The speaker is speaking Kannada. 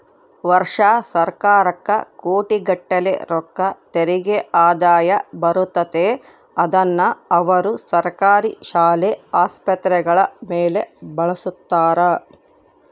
ವರ್ಷಾ ಸರ್ಕಾರಕ್ಕ ಕೋಟಿಗಟ್ಟಲೆ ರೊಕ್ಕ ತೆರಿಗೆ ಆದಾಯ ಬರುತ್ತತೆ, ಅದ್ನ ಅವರು ಸರ್ಕಾರಿ ಶಾಲೆ, ಆಸ್ಪತ್ರೆಗಳ ಮೇಲೆ ಬಳಸ್ತಾರ